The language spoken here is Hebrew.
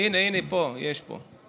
הינה, יש פה.